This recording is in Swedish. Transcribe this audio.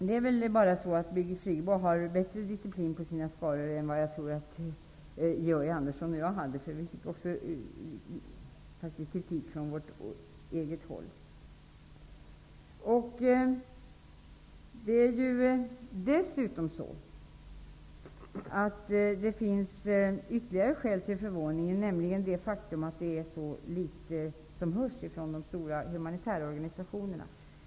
Det är väl så att Birgit Friggebo har bättre diciplin på sina skaror än vad Georg Andersson och jag hade. Vi fick faktiskt också kritik från vårt eget håll. Det finns dessutom ytterligare skäl till förvåning, nämligen att det hörs så litet från de stora humanitärorganisationerna.